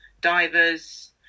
divers